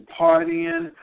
partying